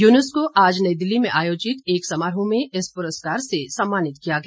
यूनुस को आज नई दिल्ली में आयोजित एक समारोह में इस पुरस्कार से सम्मानित किया गया